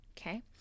okay